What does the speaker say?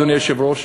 אדוני היושב-ראש,